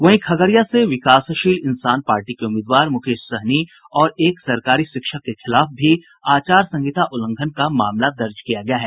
वहीं खगड़िया से विकासशील इंसान पार्टी के उम्मीदवार मुकेश सहनी और एक सरकारी शिक्षक के खिलाफ भी आचार संहिता उल्लंघन का मामला दर्ज किया गया है